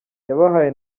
yabahaye